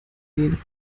den